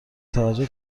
توجه